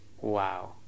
Wow